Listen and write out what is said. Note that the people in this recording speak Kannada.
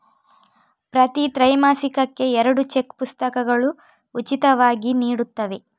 ಪ್ರತಿ ತ್ರೈಮಾಸಿಕಕ್ಕೆ ಎರಡು ಚೆಕ್ ಪುಸ್ತಕಗಳು ಉಚಿತವಾಗಿ ನೀಡುತ್ತವೆ